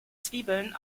zwiebeln